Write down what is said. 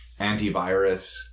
antivirus